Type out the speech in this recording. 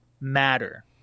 matter